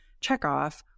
checkoff